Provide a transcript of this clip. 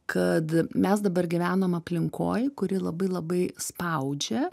kad mes dabar gyvenam aplinkoj kuri labai labai spaudžia